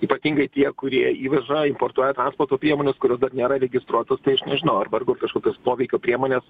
ypatingai tie kurie į vizua importuoja transporto priemonės kurios dar nėra registruotos tai aš nežinau ar vargu ar kažkokios poveikio priemonės